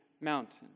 mountain